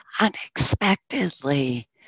unexpectedly